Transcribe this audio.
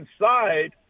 inside